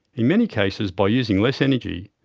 in many cases, by using less energy,